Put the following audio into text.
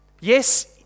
yes